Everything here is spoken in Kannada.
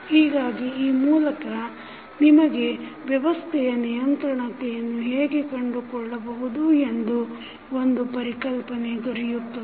ಹೀಗಾಗಿ ಈ ಮೂಲಕ ನಿಮಗೆ ವ್ಯವಸ್ಥೆಯ ನಿಯಂತ್ರಣತೆಯನ್ನು ಹೇಗೆ ಕಂಡುಕೊಳ್ಳಬಹುದು ಎಂದು ಒಂದು ಪರಿಕಲ್ಪನೆ ದೊರೆಯುತ್ತದೆ